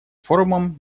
форумом